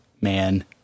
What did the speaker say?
man